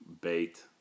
bait